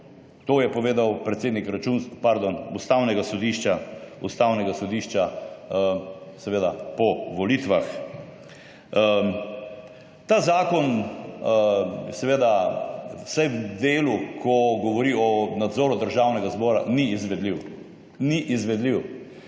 To je povedal predsednik Ustavnega sodišča po volitvah. Ta zakon vsaj v delu, ko govori o nadzoru Državnega zbora, ni izvedljiv.